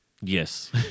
Yes